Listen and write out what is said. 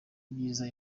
ibyiza